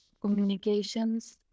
communications